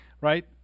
right